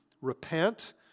repent